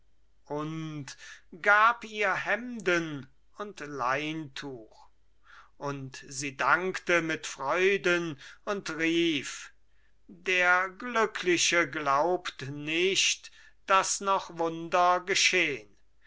und gab ihr hemden und leintuch und sie dankte mit freuden und rief der glückliche glaubt nicht daß noch wunder geschehn